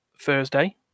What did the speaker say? Thursday